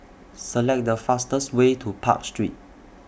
Select The fastest Way to Park Street